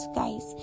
guys